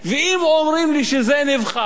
ואם אומרים לי שזה נבחר,